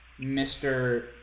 Mr